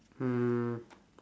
um